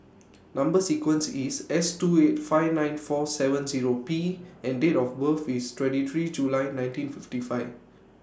Number sequence IS S two eight five nine four seven Zero P and Date of birth IS twenty three July nineteen fifty five